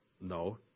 no